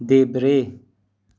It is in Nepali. देब्रे